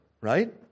right